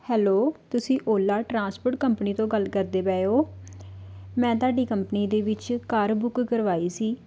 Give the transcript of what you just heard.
hello ਤੁਸੀਂ Ola transport company ਤੋਂ ਗੱਲ ਕਰਦੇ ਪਏ ਹੋ ਮੈਂ ਤੁਹਾਡੀ ਕੰਪਨੀ ਦੇ ਵਿੱਚ ਕਾਰ ਬੁੱਕ ਕਰਵਾਈ ਸੀ